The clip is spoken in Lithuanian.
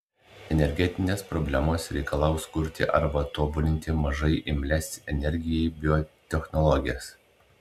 energetinės problemos reikalaus kurti arba tobulinti mažai imlias energijai biotechnologijas